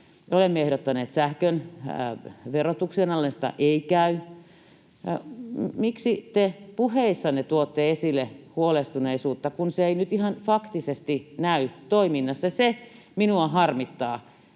Olemme ehdottaneet sähkön verotuksen alennusta — ei käy. Miksi te puheissanne tuotte esille huolestuneisuutta, kun se ei nyt ihan faktisesti näy toiminnassa? Se minua harmittaa.